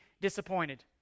disappointed